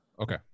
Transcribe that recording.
Okay